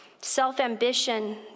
self-ambition